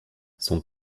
son